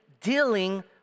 dealing